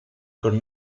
con